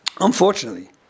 unfortunately